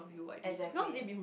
exactly